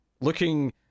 looking